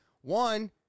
one